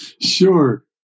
Sure